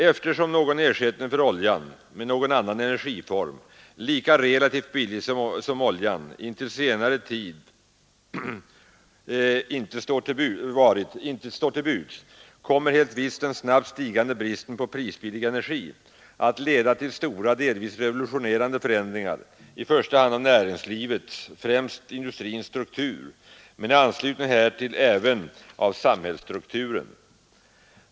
Eftersom någon ersättning för oljan med någon annan energiform, lika relativt billig som oljan intill senare tid varit, inte står till buds, kommer helt visst den snabbt stigande bristen på prisbillig energi att leda till stora, delvis revolutionerande förändringar i första hand av näringslivets, främst industrins, struktur men i anslutning härtill även av samhällsstrukturen.